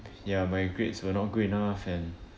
ya my grades were not good enough and